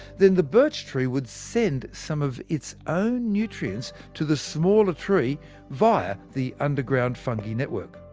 then the birch tree would send some of its own nutrients to the smaller tree via the underground fungi network.